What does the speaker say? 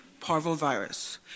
Parvovirus